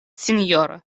sinjoro